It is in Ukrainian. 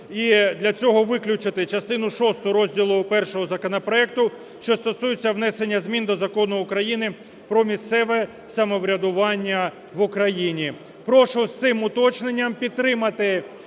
і для цього виключити частину шосту розділу І законопроекту, що стосується внесення змін до Закону України "Про місцеве самоврядування в Україні". Прошу з цим уточненням підтримати